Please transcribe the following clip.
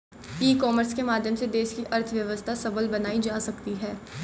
ई commerce के माध्यम से देश की अर्थव्यवस्था सबल बनाई जा सकती है